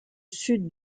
sud